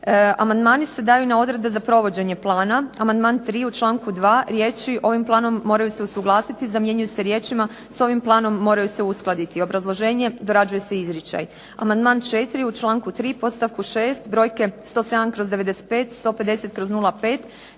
Amandmani se daju na odredbe za provođenje plana. Amandman tri, u članku 2. riječi ovim planom moraju se usuglasiti, zamjenjuju se riječima s ovim planom moraju se uskladiti. Obrazloženje. Dorađuje se izričaj. Amandman četiri, u članku 3. podstavku 6. brojke 107/95, 150/05